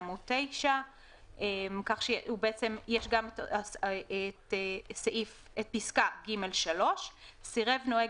בעמוד 9. יש גם את פסקה (ג3): סירב נוהג